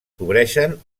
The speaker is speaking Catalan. cobreixen